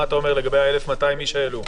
מה אתה אומר לגבי ה-1,200 איש האלה,